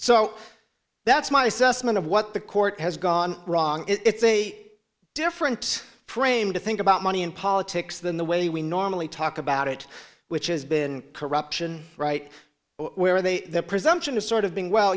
so that's my assessment of what the court has gone wrong it's a different frame to think about money in politics than the way we normally talk about it which has been corruption right where they the presumption is sort of being well